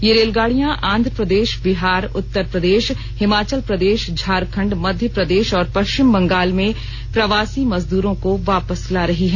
ये रेलगाडियां आंध्र प्रदेश बिहार उत्तर प्रदेश हिमाचल प्रदेश झारखंड मध्य प्रदेश और पश्चिम बंगाल में प्रवासी मजदूरों को वापस ला रही हैं